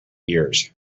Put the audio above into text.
years